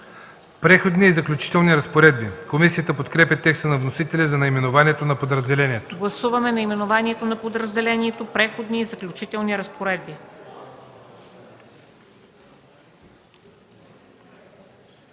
„Преходни и заключителни разпоредби”. Комисията подкрепя текста на вносителя за наименованието на подразделението. ПРЕДСЕДАТЕЛ МЕНДА СТОЯНОВА: Гласуваме наименованието на подразделението „Преходни и заключителни разпоредби”.